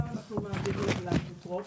אותם אנחנו מעבירים לאפוטרופוס.